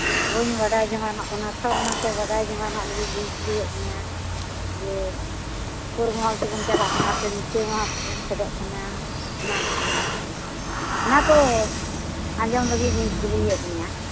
ᱵᱟᱹᱧ ᱵᱟᱰᱟᱭ ᱡᱚᱧᱟᱱᱚᱜ ᱠᱟᱱᱟ ᱛᱚ ᱚᱱᱟᱛᱮ ᱵᱟᱰᱟᱭ ᱡᱚᱧᱟᱱᱚᱜ ᱞᱟᱹᱜᱤᱫ ᱜᱤᱧ ᱠᱩᱞᱤᱭᱮᱫ ᱢᱮᱭᱟ ᱡᱮ ᱥᱩᱨ ᱦᱚᱨᱛᱮᱵᱚᱱ ᱪᱟᱞᱟᱜ ᱠᱟᱱᱟ ᱥᱮ ᱱᱤᱝᱠᱟᱹ ᱵᱷᱟᱵᱽ ᱛᱮᱵᱚᱱ ᱯᱷᱮᱰᱚᱜ ᱠᱟᱱᱟ ᱚᱱᱟ ᱠᱚᱜᱮ ᱟᱨᱠᱤ ᱚᱱᱟ ᱠᱚ ᱟᱸᱡᱚᱢ ᱞᱟᱹᱜᱤᱫ ᱜᱤᱧ ᱠᱩᱞᱤᱭᱮᱫ ᱢᱮᱭᱟ